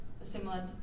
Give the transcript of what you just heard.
similar